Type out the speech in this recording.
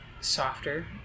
softer